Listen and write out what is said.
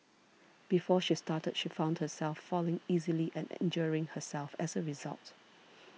before she started she found herself falling easily and injuring herself as a result